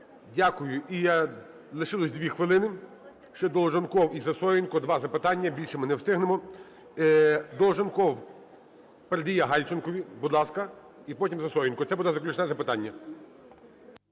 Дякую. І лишилося 2 хвилини. Ще Долженков і Сисоєнко – 2 запитання, більше ми не встигнемо. Долженков передає Гальченкові. Будь ласка. І потім Сисоєнко. Це буде заключне запитання.